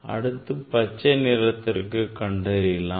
அடுத்ததாக பச்சை நிறத்திற்கு கண்டறியலாம்